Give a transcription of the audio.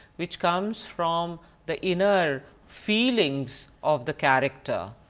which comes from the inner feelings of the character,